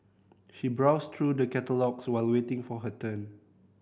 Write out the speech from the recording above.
she browsed through the catalogues while waiting for her turn